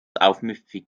aufmüpfig